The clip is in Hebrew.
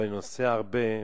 ואני נוסע הרבה,